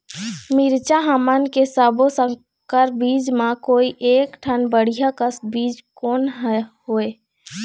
मिरचा हमन के सब्बो संकर बीज म कोई एक ठन बढ़िया कस बीज कोन हर होए?